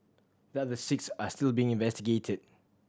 the other six are still being investigated